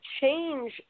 change